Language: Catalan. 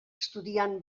estudiant